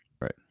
right